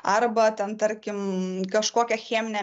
arba ten tarkim kažkokia cheminė